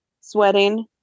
sweating